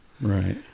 Right